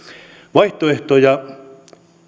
vaihtoehtoja